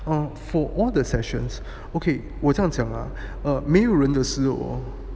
um for all the sessions okay 我这样讲 ah err 没有人的时候 hor